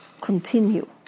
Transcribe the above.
continue